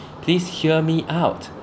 please hear me out